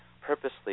purposely